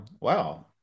wow